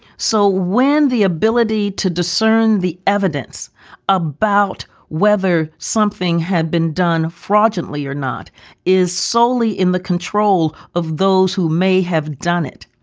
so when the ability to discern the evidence about whether something had been done fraudulently or not is solely in the control of those who may have done it,